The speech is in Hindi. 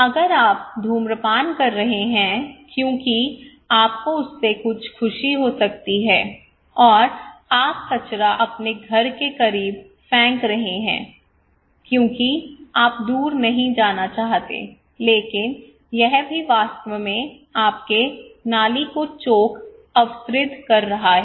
अगर आप धूम्रपान कर रहे हैं क्योंकि आपको उससे कुछ ख़ुशी हो सकती है और आप कचरा अपने घर के करीब फेंक रहे हैं क्योंकि आप दूर नहीं जाना चाहते लेकिन यह भी वास्तव में आपके नाली को चोक अवस्र्द्ध कर रहा है